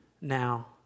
now